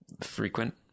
frequent